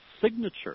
signature